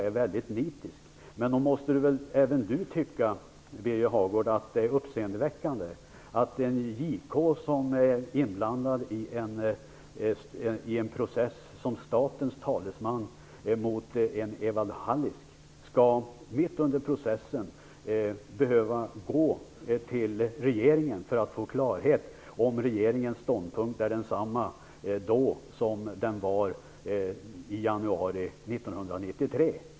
Men även Birger Hagård måste väl tycka att det är uppsendeväckande att en JK som är en inblandad i en process som statens talesman mot Evald Hallisk mitt under processen skall behöva gå till regeringen för att få klarhet i om regeringens ståndpunkt är densamma då som den var i januari 1993.